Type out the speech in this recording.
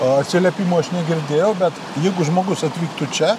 atsiliepimų aš negirdėjau bet jeigu žmogus atvyktų čia